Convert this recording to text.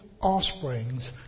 offsprings